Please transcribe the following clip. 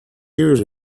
years